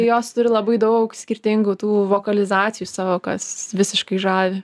jos turi labai daug skirtingų tų vokalizacijų savo kas visiškai žavi